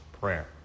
prayer